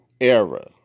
era